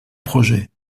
projet